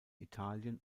italien